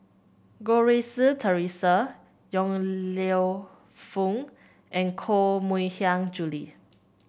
Goh Rui Si Theresa Yong Lew Foong and Koh Mui Hiang Julie